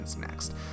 next